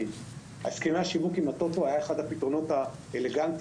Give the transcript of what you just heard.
הסכמי השיווק עם הטוטו היו אחד הפתרונות האלגנטיים,